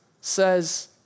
says